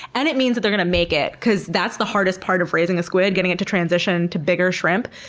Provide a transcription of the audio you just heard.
and it means that they're going to make it because that's the hardest part of raising a squid getting it to transition to bigger shrimp.